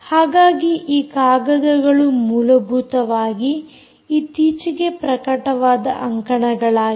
ಹಾಗಾಗಿ ಈ ಕಾಗದಗಳು ಮೂಲಭೂತವಾಗಿ ಇತ್ತೀಚೆಗೆ ಪ್ರಕಟವಾದ ಅಂಕಣಗಳಾಗಿವೆ